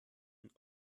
ein